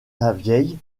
lavieille